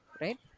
right